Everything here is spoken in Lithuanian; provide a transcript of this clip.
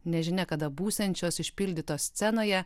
nežinia kada būsiančios išpildytos scenoje